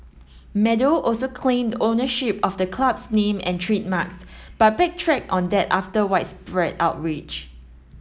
Meadow also claimed ownership of the club's name and trademarks but backtracked on that after widespread outrage